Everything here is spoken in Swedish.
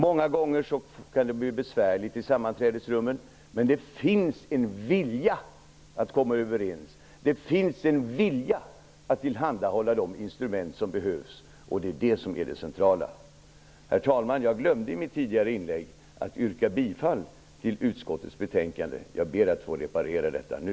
Det kan många gånger bli besvärligt i sammanträdesrummen, men det finns en vilja att komma överens och att tillhandahålla de instrument som behövs, och det är det centrala. Herr talman! Jag glömde i mitt tidigare inlägg att yrka bifall till utskottets hemställan. Jag ber att få reparera detta nu.